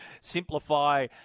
simplify